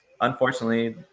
unfortunately